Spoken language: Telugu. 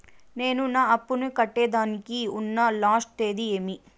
నేను నా అప్పుని కట్టేదానికి ఉన్న లాస్ట్ తేది ఏమి?